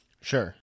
sure